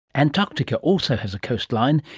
antarctica also has a coastline,